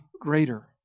greater